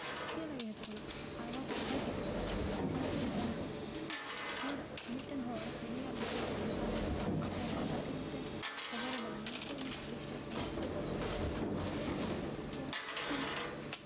ᱪᱮᱫ ᱞᱟᱹᱜᱤᱫ ᱦᱤᱡᱩᱜ ᱠᱟᱱᱟ ᱟᱨ ᱚᱠᱟ ᱠᱚ ᱯᱷᱮᱠ ᱦᱤᱡᱩᱜ ᱠᱟᱱᱟ ᱯᱷᱮᱠ ᱫᱚ ᱫᱷᱚᱨᱮ ᱱᱟᱣ ᱢᱟᱱᱮ ᱦᱚᱲ ᱢᱤᱫᱴᱮᱱ ᱦᱚᱲ ᱦᱟᱹᱱᱤᱭᱟᱜ ᱵᱤᱥᱚᱭ ᱛᱮ ᱦᱟᱱᱠᱟ ᱱᱚᱝᱠᱟ ᱴᱷᱚᱠ ᱠᱟᱛᱷᱟᱭ ᱨᱚᱲ ᱠᱟᱛᱮᱫ ᱠᱷᱚᱵᱚᱨᱮ ᱵᱮᱱᱟᱣᱟ ᱠᱤ ᱩᱱᱤ ᱯᱩᱞᱤᱥ ᱴᱷᱮᱡ ᱮ ᱥᱟᱵ ᱦᱚᱪᱚᱜᱼᱟ ᱪᱮᱫ ᱪᱚ ᱦᱟᱱᱠᱟ ᱱᱚᱝᱠᱟ ᱛᱚ